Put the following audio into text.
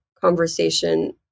conversation